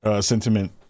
sentiment